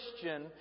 Christian